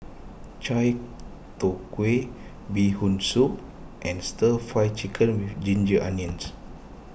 Chai Tow Kuay Bee Hoon Soup and Stir Fried Chicken with Ginger Onions